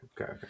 Okay